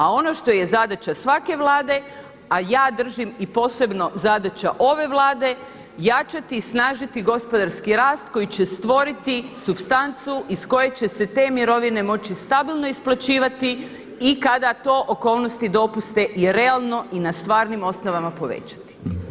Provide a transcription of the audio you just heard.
A ono što je zadaća svake Vlade, a ja držim i posebno zadaća ove Vlade jačati i snažiti gospodarski rast koji će stvoriti supstancu iz koje će se te mirovine moći stabilno isplaćivati i kada to okolnosti dopuste i realno i na stvarnim osnovama povećati.